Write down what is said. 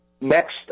Next